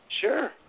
Sure